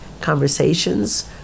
conversations